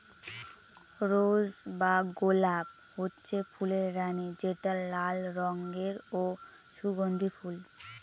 rose বা গলাপ হচ্ছে ফুলের রানী যেটা লাল রঙের ও সুগন্ধি ফুল